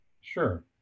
Sure